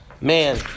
Man